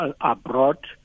abroad